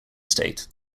state